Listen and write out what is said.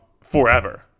forever